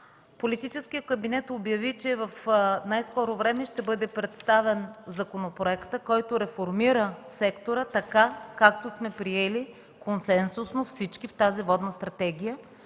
политическият кабинет обяви, че в най-скоро време ще бъде представен законопроектът, който реформира сектора, както всички консенсусно сме приели тази „Водна стратегия”.